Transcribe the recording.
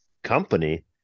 Company